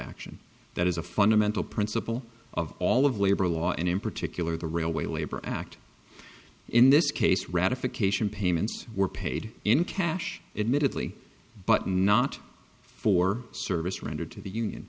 action that is a fundamental principle of all of labor law and in particular the railway labor act in this case ratification payments were paid in cash admittedly but not for service rendered to the union